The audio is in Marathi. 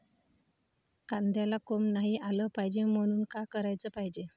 कांद्याला कोंब नाई आलं पायजे म्हनून का कराच पायजे?